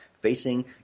facing